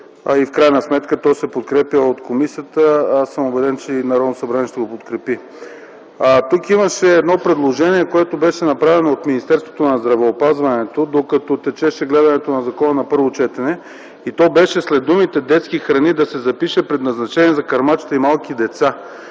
В крайна сметка то се подкрепи от комисията. Убеден съм, че и Народното събрание ще го подкрепи. Тук имаше предложение, направено от Министерството на здравеопазването, докато течеше гледането на законопроекта на първо четене. То беше следното: след думите „детски храни” да се запише: „предназначени за кърмачета и малки деца”.